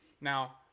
Now